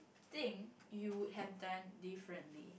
thing you have done differently